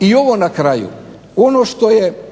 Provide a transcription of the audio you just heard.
i ovo na kraju, ono što je